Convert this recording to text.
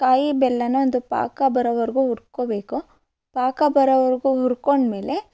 ಕಾಯಿ ಬೆಲ್ಲನ ಒಂದು ಪಾಕ ಬರೋವರೆಗು ಉರ್ಕೊಳ್ಬೇಕು ಪಾಕ ಬರೋವರೆಗೂ ಹುರ್ಕೊಂಡ್ಮೇಲೆ